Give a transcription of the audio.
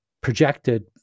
projected